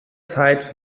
zeit